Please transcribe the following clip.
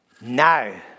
Now